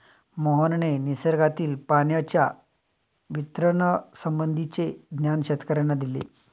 मोहनने निसर्गातील पाण्याच्या वितरणासंबंधीचे ज्ञान शेतकर्यांना दिले